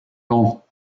lent